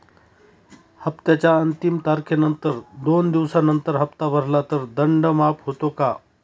हप्त्याच्या अंतिम तारखेनंतर दोन दिवसानंतर हप्ता भरला तर दंड माफ होतो का?